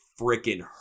freaking